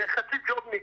זה חצי ג'ובניק,